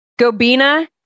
Gobina